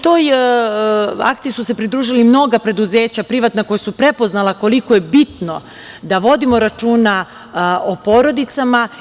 Toj akciji su se pridružila mnoga preduzeća privatna koja su prepoznala koliko je bitno da vodimo računa o porodicama.